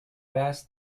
است